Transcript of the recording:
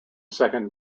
second